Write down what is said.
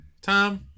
Tom